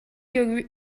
your